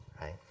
right